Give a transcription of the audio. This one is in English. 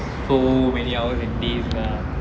so many hours and days lah